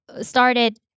started